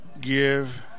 give